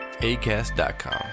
ACAST.com